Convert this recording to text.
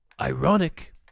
ironic